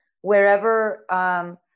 wherever